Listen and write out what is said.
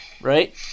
Right